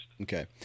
Okay